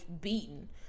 beaten